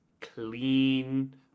clean